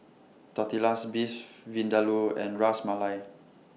Tortillas Beef Vindaloo and Ras Malai